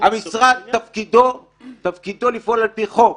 המשרד תפקידו לפעול על פי חוק.